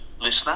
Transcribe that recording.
listener